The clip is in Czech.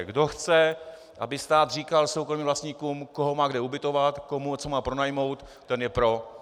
Kdo chce, aby stát říkal soukromým vlastníkům, koho má kde ubytovat, komu co má pronajmout, ten je pro.